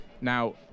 Now